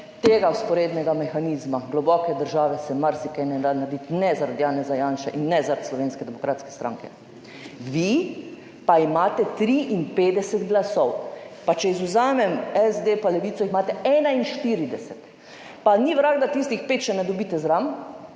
tega vzporednega mehanizma globoke države se marsikaj ne da narediti. Ne, zaradi Janeza Janše in ne, zaradi Slovenske demokratske stranke. Vi pa imate 53 glasov, pa če izvzamem SD pa Levico, jih imate 41. Pa ni vrag, da tistih pet še ne dobite zraven